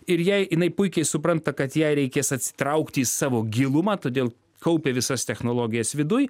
ir jei jinai puikiai supranta kad jai reikės atsitraukti į savo gilumą todėl kaupia visas technologijas viduj